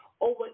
Over